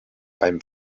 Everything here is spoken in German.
beim